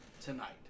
tonight